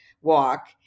walk